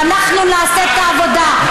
ואנחנו נעשה את העבודה.